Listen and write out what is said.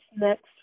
next